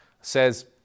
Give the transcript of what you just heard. says